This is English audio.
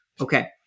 Okay